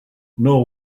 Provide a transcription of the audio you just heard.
now